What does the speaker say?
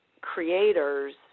creators